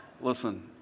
listen